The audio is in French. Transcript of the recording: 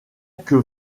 que